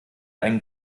einen